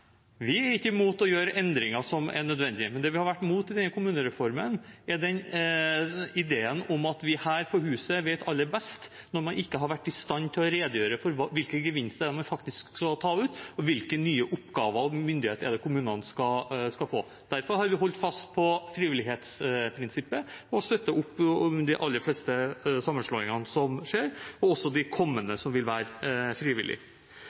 vi er ikke imot å gjøre endringer som er nødvendige, men det vi har vært imot i denne kommunereformen, er ideen om at vi her på huset vet aller best, når man ikke har vært i stand til å redegjøre for hvilke gevinster man skal ta ut, og hvilke nye oppgaver og myndigheter det er kommunene skal få. Derfor har vi holdt fast på frivillighetsprinsippet og støtter opp om de aller fleste sammenslåingene som skjer, også de